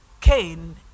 Cain